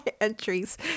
entries